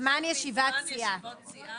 הישיבה ננעלה בשעה